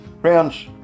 Friends